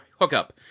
hookup